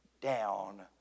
down